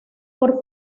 por